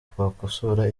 twakosora